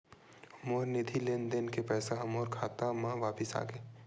मोर निधि लेन देन के पैसा हा मोर खाता मा वापिस आ गे